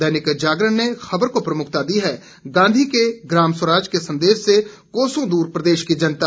दैनिक जागरण ने खबर को प्रमुखता दी है गांधी के ग्राम स्वराज के संदेश से कोसों दूर प्रदेश की जनता